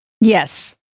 Yes